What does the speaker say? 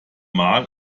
mal